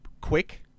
quick